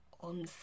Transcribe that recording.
on